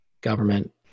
government